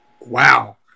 Wow